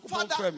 Father